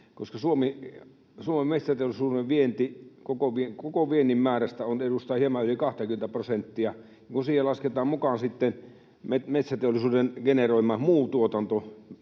koska Suomen metsäteollisuuden vienti koko viennin määrästä edustaa hieman yli 20:tä prosenttia, niin kun siihen lasketaan mukaan sitten metsäteollisuuden generoima muu tuotanto